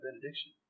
benediction